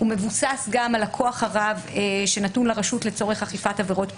הוא מבוסס גם על הכוח הרב שנתון לרשות לצורך אכיפת עבירות פליליות.